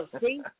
see